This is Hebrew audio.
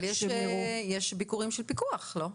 אבל יש ביקורים של פיקוח, לא?